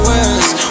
West